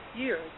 years